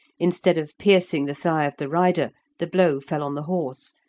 instead of piercing the thigh of the rider, the blow fell on the horse,